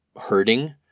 hurting